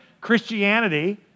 Christianity